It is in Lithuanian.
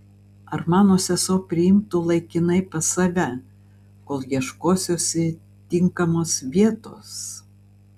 ar mano sesuo priimtų laikinai pas save kol ieškosiuosi tinkamos vietos